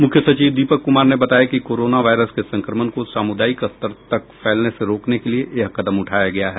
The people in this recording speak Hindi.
मुख्य सचिव दीपक कुमार ने बताया कि कोरोना वायरस के संक्रमण को सामुदायिक स्तर तक फैलने से रोकने के लिए यह कदम उठाया गया है